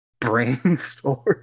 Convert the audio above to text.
Brainstorm